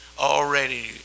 already